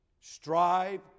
strive